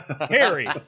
Harry